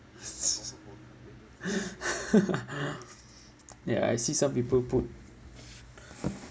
ya I see some people put